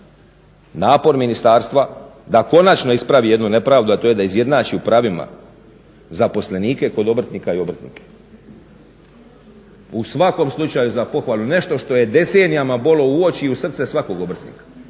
napor ministarstva da konačno ispravi jednu nepravdu, a to je da izjednači u pravima zaposlenike kod obrtnika i obrtnike. U svakom slučaju za pohvalu nešto što je decenijama bolo u oči i u srce svakog obrtnika.